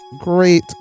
great